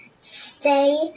stay